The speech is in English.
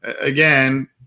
again